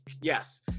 Yes